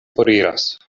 foriras